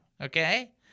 Okay